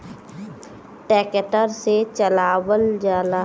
tractor से चलावल जाला